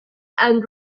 and